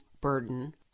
burden